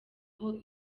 aho